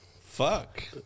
Fuck